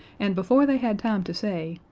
and before they had time to say,